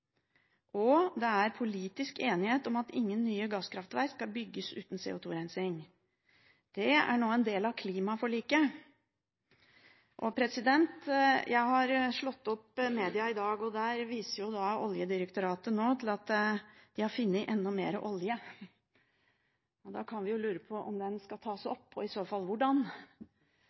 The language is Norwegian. Og det er politisk enighet om at ingen nye gasskraftverk skal bygges uten CO2-rensing. Det er nå en del av klimaforliket. Jeg har slått opp i media i dag, og der viser Oljedirektoratet til at de har funnet enda mer olje. Men da kan vi jo lure på om den skal tas opp, og i så fall hvordan.